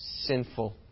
sinful